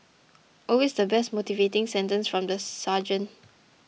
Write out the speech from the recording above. always the best motivating sentence from the sergeant